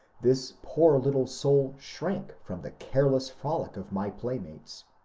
this poor little soul shrank from the careless frolic of my playmates,